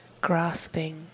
grasping